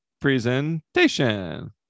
presentation